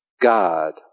God